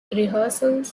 rehearsals